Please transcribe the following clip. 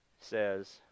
says